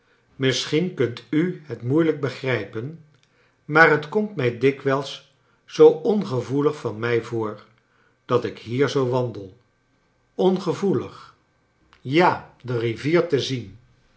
misscbien kunt u bet moeilijk begrijpen maar bet komt mij dikwijls zoo ongevoelig van mij voor dat ik hier zoo wandel ongevoeligr ja de rivier te zien